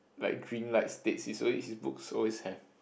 like dream like states it's always his books always have